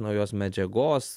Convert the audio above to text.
naujos medžiagos